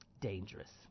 dangerous